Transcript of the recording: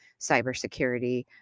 cybersecurity